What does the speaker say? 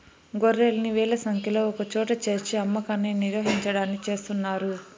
గొర్రెల్ని వేల సంఖ్యలో ఒకచోట చేర్చి అమ్మకాన్ని నిర్వహించడాన్ని చేస్తున్నారు